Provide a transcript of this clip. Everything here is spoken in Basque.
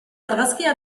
argazkia